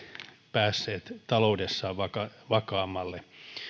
päässeet taloudessaan vakaammalle